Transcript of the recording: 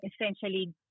Essentially